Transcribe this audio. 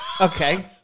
Okay